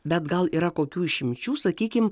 bet gal yra kokių išimčių sakykim